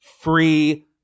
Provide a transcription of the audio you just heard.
free